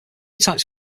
types